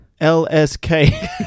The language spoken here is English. L-S-K